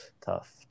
tough